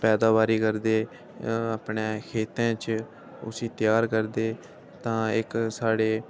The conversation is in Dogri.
पैदाबारी करदे अपने खेतरें च उसी त्यार करदे तां इक साढ़े